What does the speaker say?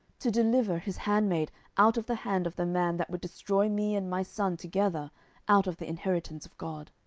to deliver his handmaid out of the hand of the man that would destroy me and my son together out of the inheritance of god.